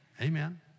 Amen